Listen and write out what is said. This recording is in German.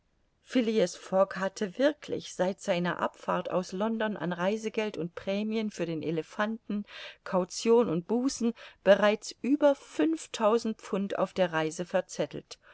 fogg hatte wirklich seit seiner abfahrt aus london an reisegeld und prämien für den elephanten caution und bußen bereits über fünftausend pfund auf der reise verzettelt